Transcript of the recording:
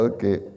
Okay